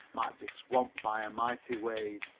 might be swamped by a mighty wave,